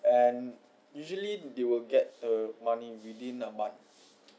and usually they will get the money within a month